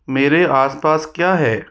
मेरे आसपास क्या है